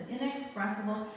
inexpressible